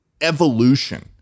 evolution